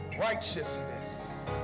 righteousness